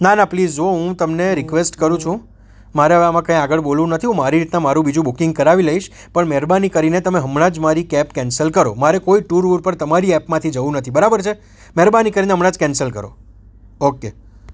ના ના પ્લીસ જૂઓ હું તમને રિક્વેસ્ટ કરું છું મારે હવે આમાં કાંઇ આગળ બોલવું નથી હું મારી રીતના માંરૂ બીજું બુકિંગ કરાવી લઇશ પણ મહેરબાની કરીને તમે હમણાં જ મારી કેબ કેન્સલ કરો મારે કોઈ ટુર વૂર પર તમારી એપમાંથી જવું નથી બરાબર છે મહેરબાની કરીને હમણાં જ કેન્સલ કરો ઓકે